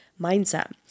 mindset